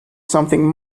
something